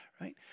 right